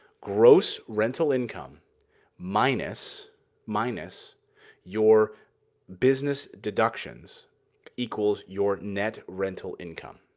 gross rental income minus minus your business deductions equals your net rental income.